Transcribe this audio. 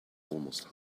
almost